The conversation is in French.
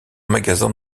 magasin